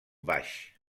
baix